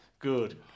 Good